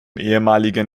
ehemaligen